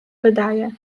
wydaje